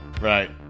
Right